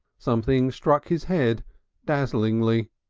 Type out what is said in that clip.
something struck his head dazzingly.